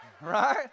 right